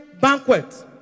banquet